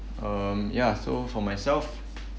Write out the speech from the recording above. um ya so for myself